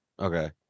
Okay